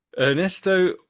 Ernesto